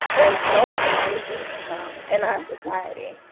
they are so pervasive in our society.